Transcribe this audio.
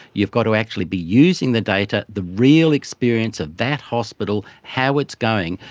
you've got to actually be using the data, the real experience of that hospital, how it's going,